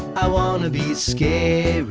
i wanna be scary.